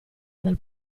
dal